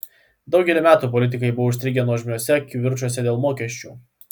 daugelį metų politikai buvo užstrigę nuožmiuose kivirčuose dėl mokesčių